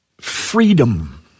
Freedom